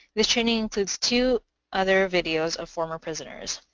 this training includes two other videos of former prisoners,